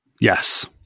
Yes